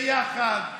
ביחד,